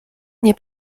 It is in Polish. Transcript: nie